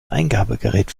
eingabegerät